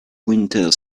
winter